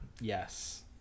yes